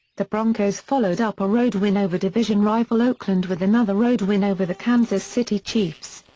the broncos followed up a road win over division-rival oakland with another road win over the kansas city chiefs.